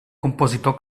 compositor